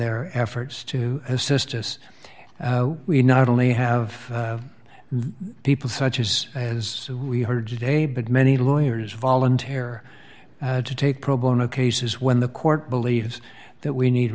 their efforts to assist us we not only have people such as as we heard today but many lawyers volunteer to take pro bono cases when the court believes that we need